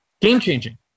game-changing